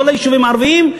כל היישובים הערביים,